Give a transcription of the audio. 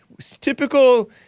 Typical